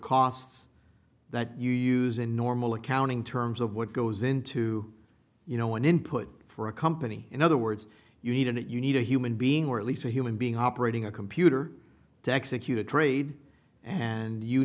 costs that you use in normal accounting terms of what goes into you know one input for a company in other words you need it you need a human being or at least a human being operating a computer to execute a trade and you